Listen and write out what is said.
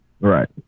Right